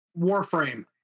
warframe